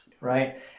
Right